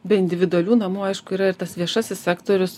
be individualių namų aišku yra ir tas viešasis sektorius